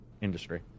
industry